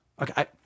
Okay